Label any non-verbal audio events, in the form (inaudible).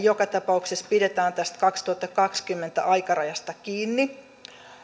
(unintelligible) joka tapauksessa pidetään tästä vuoden kaksituhattakaksikymmentä aikarajasta kiinni